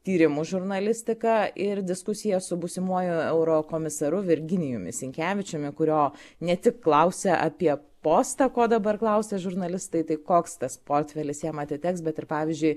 tyrimų žurnalistiką ir diskusijas su būsimuoju eurokomisaru virginijumi sinkevičiumi kurio ne tik klausia apie postą ko dabar klausia žurnalistai tai koks tas portfelis jam atiteks bet ir pavyzdžiui